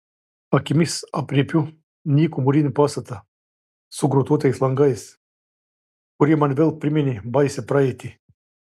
akimis aprėpiu nykų mūrinį pastatą su grotuotais langais kurie man vėl priminė baisią praeitį